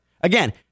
Again